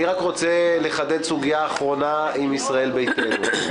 אני מבקש לחדד סוגיה אחרונה עם ישראל ביתנו.